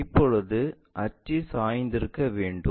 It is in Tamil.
இப்போது அச்சு சாய்ந்திருக்க வேண்டும்